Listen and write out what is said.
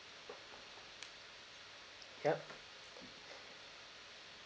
yup